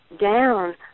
down